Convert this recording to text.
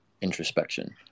introspection